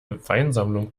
weinsammlung